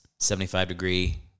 75-degree